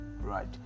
right